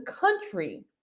country